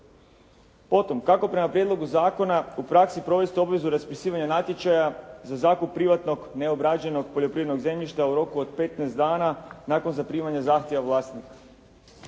Potom, kako prema prijedlogu zakona u praksi provesti obvezu raspisivanja natječaja za zakup privatnog neobrađenog poljoprivrednog zemljišta u roku od 15 dana nakon zaprimanja zahtjeva vlasnika.